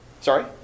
Sorry